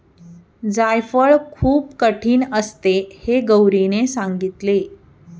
जायफळ खूप कठीण असते हे गौरीने सांगितले